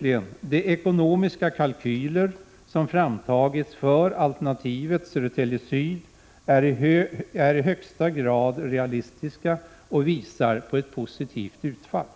4. De ekonomiska kalkyler som framtagits för alternativet Södertälje Syd är i högsta grad realistiska och visar på ett positivt utfall.